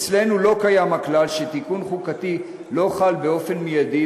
אצלנו לא קיים הכלל שתיקון חוקתי לא חל באופן מיידי,